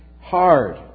hard